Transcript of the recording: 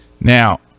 Now